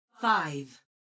Five